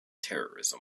terrorism